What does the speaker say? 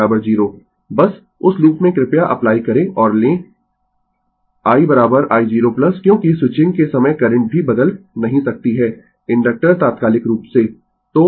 बस उस लूप में कृपया अप्लाई करें और लें I i0 क्योंकि स्विचिंग के समय करंट भी बदल नहीं सकती है इंडक्टर तात्कालिक रूप से